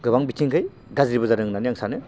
गोबां बिथिंखै गाज्रिबो जादों होननानै आं सानो